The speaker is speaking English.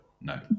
no